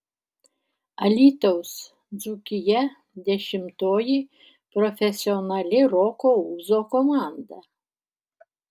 alytaus dzūkija dešimtoji profesionali roko ūzo komanda